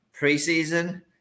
preseason